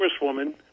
congresswoman